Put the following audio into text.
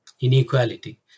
inequality